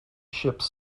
ships